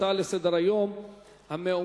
הצעות לסדר-היום מס'